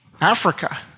Africa